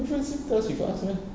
mei fen same class with us meh